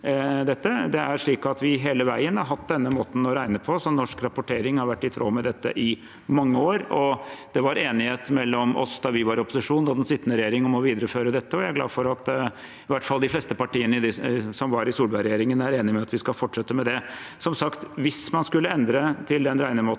beslutning. Vi har hele veien hatt denne måten å regne på, så norsk rapportering har vært i tråd med dette i mange år. Det var enighet mellom oss, da vi var i opposisjon, og den sittende regjering om å videreføre dette. Jeg er glad for at i hvert fall de fleste partiene som var i Solberg-regjeringen, er enig i at vi skal fortsette med det. Som sagt: Hvis man skulle endre til den regnemåten